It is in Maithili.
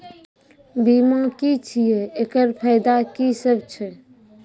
बीमा की छियै? एकरऽ फायदा की सब छै?